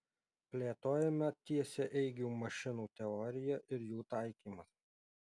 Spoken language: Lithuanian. plėtojama tiesiaeigių mašinų teorija ir jų taikymas